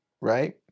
right